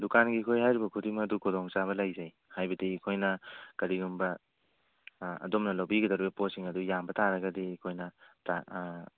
ꯗꯨꯀꯥꯟꯒꯤ ꯑꯩꯈꯣꯏ ꯍꯥꯏꯔꯤꯕ ꯈꯨꯗꯤꯡꯃꯛ ꯑꯗꯨ ꯈꯨꯗꯣꯡ ꯆꯥꯕ ꯂꯩꯖꯩ ꯍꯥꯏꯕꯗꯤ ꯑꯩꯈꯣꯏꯅ ꯀꯔꯤꯒꯨꯝꯕ ꯑꯗꯣꯝꯅ ꯂꯧꯕꯤꯒꯗꯧꯔꯤꯕ ꯄꯣꯠꯁꯤꯡ ꯑꯗꯨ ꯌꯥꯝꯕ ꯇꯥꯔꯒꯗꯤ ꯑꯩꯈꯣꯏꯅ